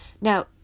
Now